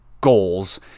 goals